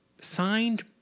signed